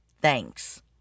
thanks